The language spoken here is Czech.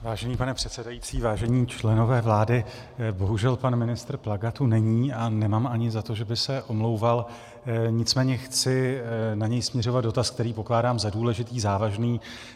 Vážený pane předsedající, vážení členové vlády, bohužel pan ministr Plaga tu není a nemám ani za to, že by se omlouval, nicméně chci na něj směřovat dotaz, který pokládám za důležitý, závažný.